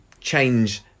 change